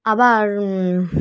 আবার